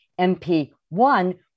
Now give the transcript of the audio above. MP1